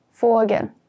fågel